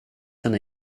henne